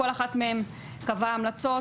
כל אחת מהן קבעה המלצות,